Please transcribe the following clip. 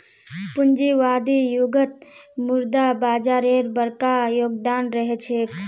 पूंजीवादी युगत मुद्रा बाजारेर बरका योगदान रह छेक